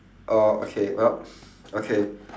oh okay well okay